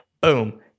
Boom